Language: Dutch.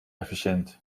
efficiënt